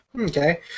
Okay